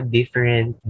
different